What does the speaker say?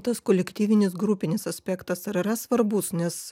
tas kolektyvinis grupinis aspektas ar yra svarbus nes